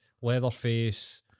Leatherface